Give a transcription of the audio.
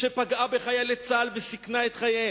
שפגעה בחיילי צה"ל וסיכנה את חייהם,